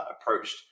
approached